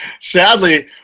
sadly